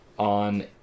on